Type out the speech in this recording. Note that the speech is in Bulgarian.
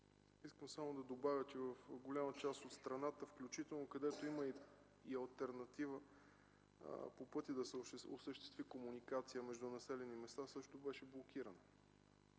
Искам само да добавя, че голяма част от страната, включително където има алтернатива – път за осъществяване на комуникация между населените места, също беше блокирана.